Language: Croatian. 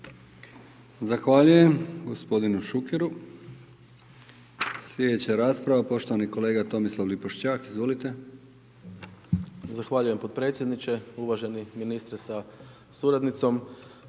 Zahvaljujem gospodinu Šukeru. Sljedeća rasprava poštovani kolega Tomislav Lipošćak. **Lipošćak, Tomislav (HDZ)** Zahvaljujem potpredsjedniče, uvaženi ministre sa suradnicom.